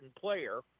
player